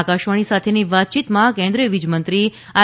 આકાશવાણી સાથેની વાતચીતમાં કેન્દ્રીય વીજ મંત્રી આર